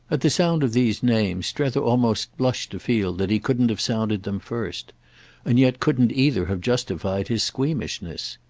at the sound of these names strether almost blushed to feel that he couldn't have sounded them first and yet couldn't either have justified his squeamishness.